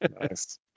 Nice